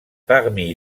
parmi